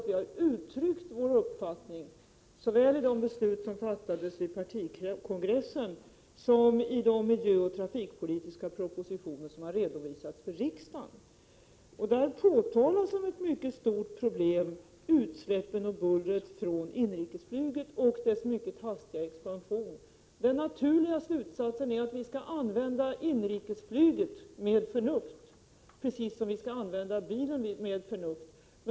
Vi har uttryckt vår uppfattning såväl i de beslut som fattades vid partikongressen som i de miljöoch trafikpolitiska propositioner som påtalar utsläppen och bullret från inrikesflyget och dess mycket hastiga expansion: Den naturliga slutsatsen är att vi skall använda inrikesflyget med förnuft, precis som vi skall använda bilen med förnuft.